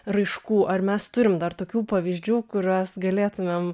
raiškų ar mes turim dar tokių pavyzdžių kuriuos galėtumėm